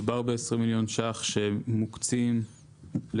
מדובר ב-20 מיליון שקלים שמוקצים לטובת